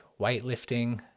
weightlifting